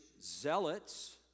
zealots